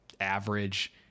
average